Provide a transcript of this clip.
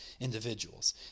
individuals